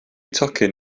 tocyn